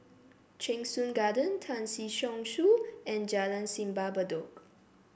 Cheng Soon Garden Tan Si Chong Su and Jalan Simpang Bedok